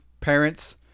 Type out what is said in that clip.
parents